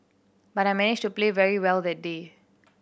but I managed to play very well that day